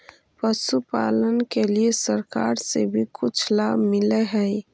पशुपालन के लिए सरकार से भी कुछ लाभ मिलै हई?